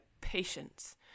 patience